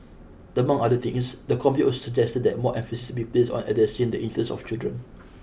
among other things the committee also suggested that more emphasis be placed on addressing the interests of children